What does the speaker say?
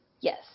Yes